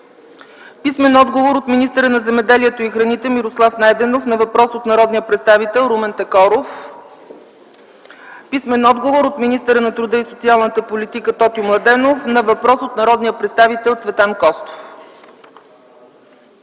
Тошев; - от министъра на земеделието и храните Мирослав Найденов на въпрос от народния представител Румен Такоров; - от министъра на труда и социалната политика Тотю Младенов на въпрос от народния представител Цветан Костов.